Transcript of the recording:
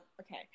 Okay